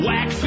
Wax